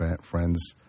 friends